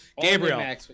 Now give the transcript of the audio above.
Gabriel